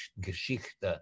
Geschichte